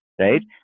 right